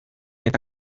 eta